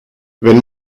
wenn